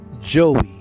Joey